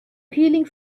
peeling